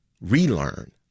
relearn